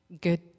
Good